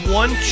one